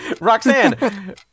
Roxanne